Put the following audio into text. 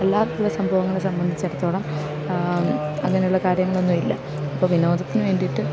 എല്ലാ ദിവസം പോകാനുള്ള സംബന്ധിച്ചിടത്തോളം അങ്ങനെയുള്ള കാര്യങ്ങളൊന്നുമില്ല അപ്പോൾ പിന്നെ ഒതുക്കിന് വേണ്ടിയിട്ട്